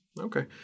Okay